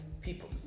people